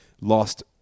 lost